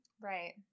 Right